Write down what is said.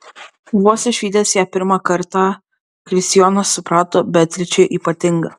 vos išvydęs ją pirmą kartą kristijonas suprato beatričė ypatinga